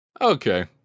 Okay